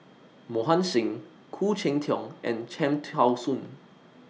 Mohan Singh Khoo Cheng Tiong and Cham Tao Soon